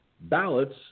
ballots